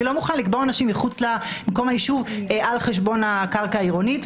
אני לא מוכן לקבור אנשים מחוץ למקום היישוב על חשבון הקרקע העירונית.